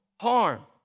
harm